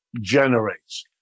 generates